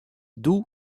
doe